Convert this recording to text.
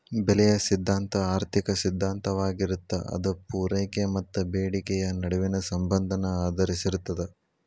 ಬೆಲೆಯ ಸಿದ್ಧಾಂತ ಆರ್ಥಿಕ ಸಿದ್ಧಾಂತವಾಗಿರತ್ತ ಅದ ಪೂರೈಕೆ ಮತ್ತ ಬೇಡಿಕೆಯ ನಡುವಿನ ಸಂಬಂಧನ ಆಧರಿಸಿರ್ತದ